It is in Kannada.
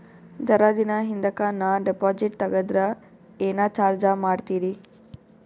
ಜರ ದಿನ ಹಿಂದಕ ನಾ ಡಿಪಾಜಿಟ್ ತಗದ್ರ ಏನ ಚಾರ್ಜ ಮಾಡ್ತೀರಿ?